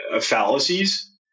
fallacies